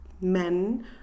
men